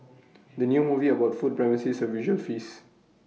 the new movie about food promises A visual feast